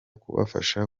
kubafasha